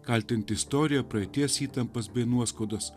kaltint istoriją praeities įtampas bei nuoskaudas